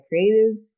creatives